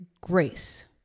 grace